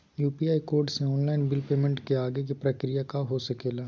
UPI code से online bill payment के आगे के प्रक्रिया का हो सके ला?